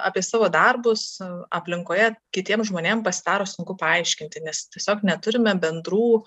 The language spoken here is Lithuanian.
apie savo darbus aplinkoje kitiem žmonėm pasidaro sunku paaiškinti nes tiesiog neturime bendrų